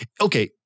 Okay